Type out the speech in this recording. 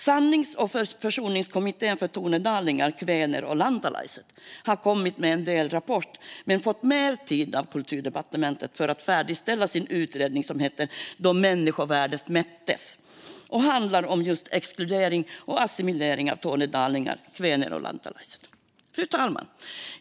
Sannings och försoningskommissionen för tornedalingar, kväner och lantalaiset har kommit med en delrapport men fått mer tid av Kulturdepartementet för att färdigställa sin utredning, som heter Ko ihmisarvoa mitathiin. Då människovärdet mättes och handlar om just exkludering och assimilering av tornedalingar, kväner och lantalaiset. Fru talman!